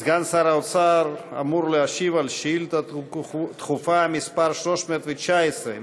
סגן שר האוצר אמור להשיב על שאילתה דחופה מס' 319,